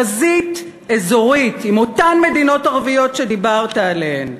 חזית אזורית עם אותן מדינות ערביות שדיברת עליהן,